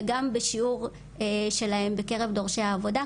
בנוסף גם בשיעור שלהן בקרב דורשי העבודה,